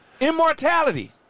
Immortality